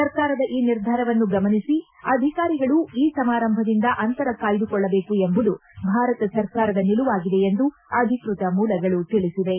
ಸರ್ಕಾರದ ಈ ನಿರ್ಧಾರವನ್ನು ಗಮನಿಸಿ ಅಧಿಕಾರಿಗಳು ಈ ಸಮಾರಂಭದಿಂದ ಅಂತರ ಕಾಯ್ದುಕೊಳ್ಳಬೇಕು ಎಂಬುದು ಭಾರತ ಸರ್ಕಾರದ ನಿಲುವಾಗಿದೆ ಎಂದು ಅಧಿಕೃತ ಮೂಲಗಳು ತಿಳಿಸಿವೆ